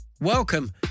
Welcome